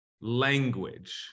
language